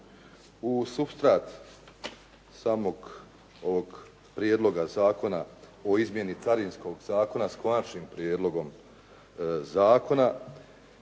u supstrat samog ovog Prijedloga zakona o izmjeni Carinskog zakona, s Konačnim prijedlogom zakona.